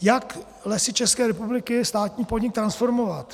Jak Lesy České republiky, státní podnik, transformovat?